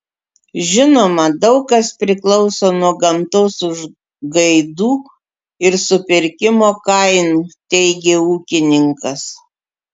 žinoma daug kas priklauso nuo gamtos užgaidų ir supirkimo kainų teigė ūkininkas